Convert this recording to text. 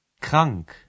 Krank